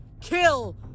KILL